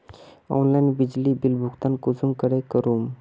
Online बिजली bill भुगतान कुंसम करे करूम?